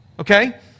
Okay